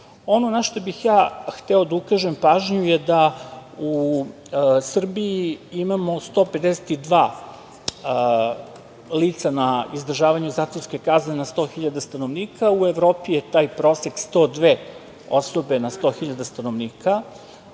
na šta bih hteo da ukažem pažnju je da u Srbiji imamo 152 lica na izdržavanju zatvorske kazne na 100 hiljada stanovnika, u Evropi je taj prosek 102 osobe na 100 hiljada stanovnika.